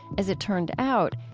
as it turned out,